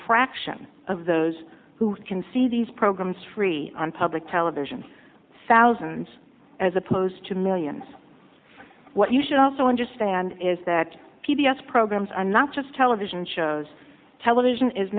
fraction of those who can see these programs free on public television thousands as opposed to millions what you should also understand is that p b s programs are not just television shows television is